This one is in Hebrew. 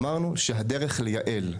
אמרנו שהדרך לייעל,